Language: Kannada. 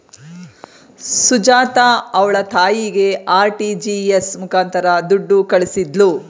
ಸುಜಾತ ಅವ್ಳ ತಾಯಿಗೆ ಆರ್.ಟಿ.ಜಿ.ಎಸ್ ಮುಖಾಂತರ ದುಡ್ಡು ಕಳಿಸಿದ್ಲು